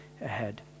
ahead